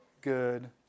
good